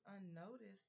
unnoticed